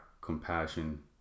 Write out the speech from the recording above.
compassion